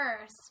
first